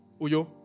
Uyo